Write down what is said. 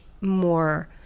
more